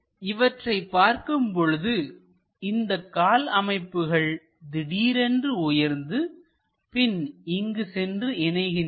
இவற்றைப் பார்க்கும் பொழுது இந்த கால் அமைப்புகள் திடீரென்று உயர்ந்துபின் இங்கு சென்று இணைகின்றன